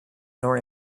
nor